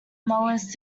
molars